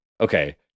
okay